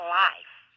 life